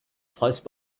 close